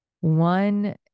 one